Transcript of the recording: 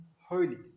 holy